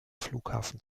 flughafen